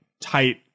tight